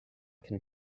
can